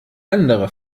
andere